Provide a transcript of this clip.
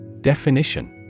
Definition